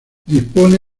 dispone